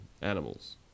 animals